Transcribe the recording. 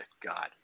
God